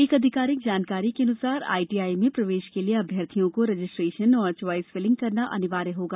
एक आधिकारिक जानकारी के अनुसार आईटीआई में प्रवेश के लिए अभ्यार्थियों को रजिस्ट्रेशन और च्वाइस फिलिंग करना अनिवार्य होगा